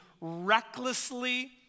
recklessly